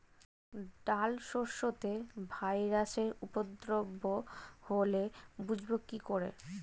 ডাল শস্যতে ভাইরাসের উপদ্রব হলে বুঝবো কি করে?